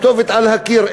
הכתובת על הקיר,